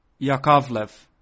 Yakovlev